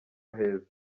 aheza